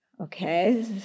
Okay